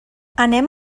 anem